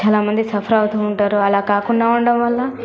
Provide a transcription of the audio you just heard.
చాలా మంది సఫర్ అవుతూ ఉంటారు అలా కాకుండా ఉండం వల్ల